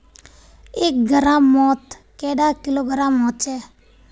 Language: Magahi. एक ग्राम मौत कैडा किलोग्राम होचे?